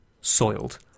soiled